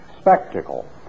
spectacle